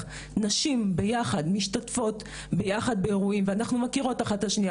נשים ביחד משתתפות ביחד באירועים ואנחנו מכירות אחת את השנייה